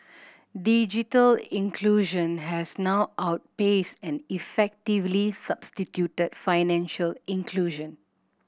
digital inclusion has now outpaced and effectively substituted financial inclusion